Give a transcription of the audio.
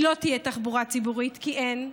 כי לא תהיה תחבורה ציבורית, כי אין.